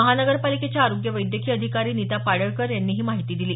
महानगरपालिकेच्या आरोग्य वैद्यकीय अधिकारी नीता पाडळकर यांनी ही माहिती दिली